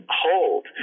hold